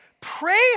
Pray